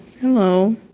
Hello